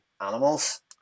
animals